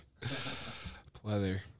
Pleather